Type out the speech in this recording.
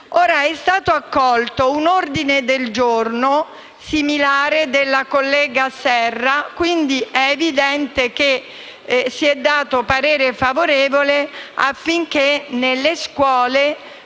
È stato accolto un ordine del giorno similare della collega Serra, quindi è evidente che si è espresso parere favorevole affinché nelle scuole